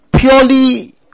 purely